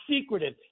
secretive